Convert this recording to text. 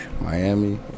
Miami